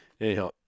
anyhow